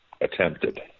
attempted